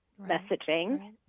messaging